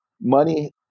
money